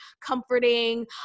comforting